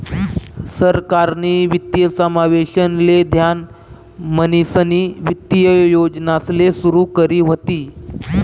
सरकारनी वित्तीय समावेशन ले ध्यान म्हणीसनी वित्तीय योजनासले सुरू करी व्हती